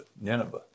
Nineveh